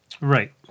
Right